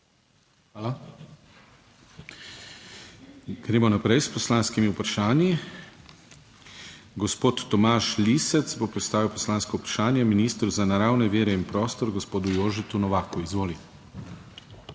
Hvala. Gremo naprej s poslanskimi vprašanji. Gospod Tomaž Lisec bo postavil poslansko vprašanje ministru za naravne vire in prostor gospodu Jožetu Novaku. Izvolite.